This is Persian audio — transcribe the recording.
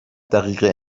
دقیقه